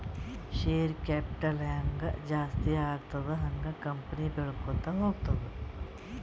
share capital ಹ್ಯಾಂಗ್ ಜಾಸ್ತಿ ಆಗ್ತದ ಹಂಗ್ ಕಂಪನಿ ಬೆಳ್ಕೋತ ಹೋಗ್ತದ